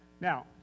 Now